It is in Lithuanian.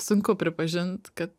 sunku pripažint kad